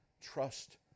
trust